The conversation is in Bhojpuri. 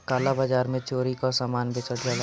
काला बाजार में चोरी कअ सामान बेचल जाला